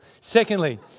Secondly